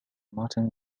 martin